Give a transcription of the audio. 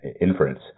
inference